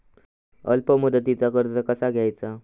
अल्प मुदतीचा कर्ज कसा घ्यायचा?